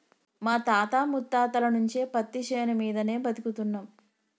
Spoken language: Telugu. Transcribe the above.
మా తాత ముత్తాతల నుంచి పత్తిశేను మీదనే బతుకుతున్నం